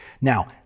now